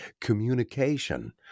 communication